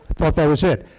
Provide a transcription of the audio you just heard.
thought that was it.